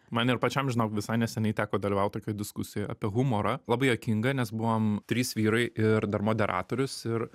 man ir pačiam žinok visai neseniai teko dalyvaut tokioj diskusijoj apie humorą labai juokinga nes buvom trys vyrai ir dar moderatorius ir